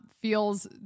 feels